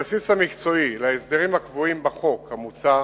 הבסיס המקצועי להסדרים הקבועים בחוק המוצע